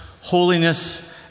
holiness